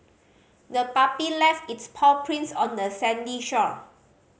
the puppy left its paw prints on the sandy shore